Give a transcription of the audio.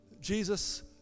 Jesus